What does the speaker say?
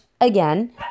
again